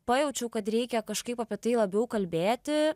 pajaučiau kad reikia kažkaip apie tai labiau kalbėti